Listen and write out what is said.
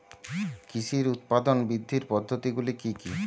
কৃষির উৎপাদন বৃদ্ধির পদ্ধতিগুলি কী কী?